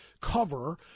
cover